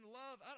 love